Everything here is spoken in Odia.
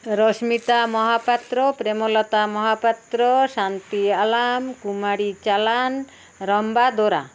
ରଶ୍ମିତା ମହାପାତ୍ର ପ୍ରେମଲତା ମହାପାତ୍ର ଶାନ୍ତି ଆଲାମ୍ କୁମାରୀ ଚାଲାନ୍ ରମ୍ବା ଦୋରା